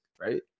right